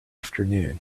afternoon